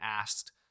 asked